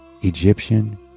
Egyptian